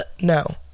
no